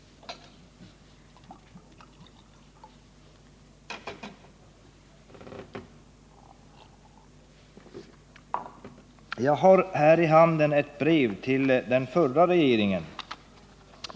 Jag har i min hand ett brev till den förra regeringen.